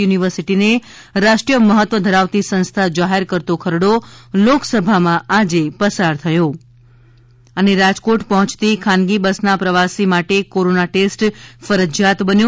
યુનિવર્સિટીને રાષ્ટ્રીય મહત્વ ધરાવતી સંસ્થા જાહેર કરતો ખરડો લોકસભામાં આજે પસાર થયો રાજકોટ પહોચતી ખાનગી બસના પ્રવાસી માટે કોરોના ટેસ્ટ ફરજિયાત બન્યો